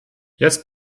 jetzt